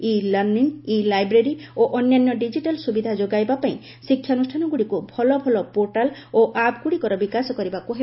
ଇ learning e library ଓ ଅନ୍ୟାନ୍ୟ digital ସୁବିଧା ଯୋଗାଇବା ପାଇଁ ଶିକ୍ଷାନୁଷ୍ଠାନଗୁଡ଼ିକୁ ଭଲଭଲ ପୋର୍ଟାଲ ଓ ଆପ୍ ଗୁଡ଼ିକର ବିକାଶ କରିବାକୁ ହେବ